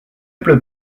pleut